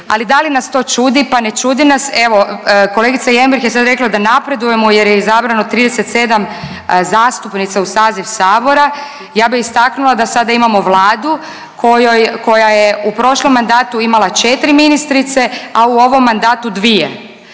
Ali da li nas to čudi? Pa ne čudi nas. Evo kolegica Jembrih je sad rekla da napredujemo jer je izabrano 37 zastupnica u saziv sabora. Ja bih istaknula da sada imamo Vladu kojoj, koja je u prošlom mandata imala četiri ministrice, a u ovom mandatu dvije.